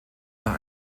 nach